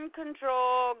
control